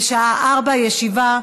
נתקבלה.